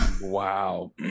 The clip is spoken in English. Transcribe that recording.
Wow